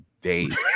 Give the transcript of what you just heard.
days